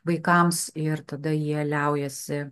vaikams ir tada jie liaujasi